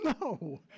No